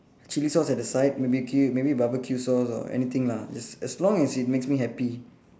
chilli sauce at the side maybe ~cue maybe barbecue sauce or anything lah just as long as it makes me happy